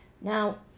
Now